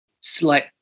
slight